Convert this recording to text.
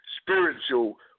spiritual